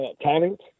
talent